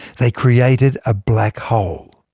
they created a black hole.